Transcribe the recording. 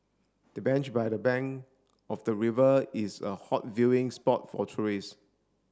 the bench by the bank of the river is a hot viewing spot for tourist